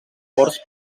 horts